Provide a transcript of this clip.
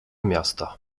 miasta